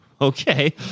Okay